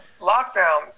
lockdown